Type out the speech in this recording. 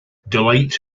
delight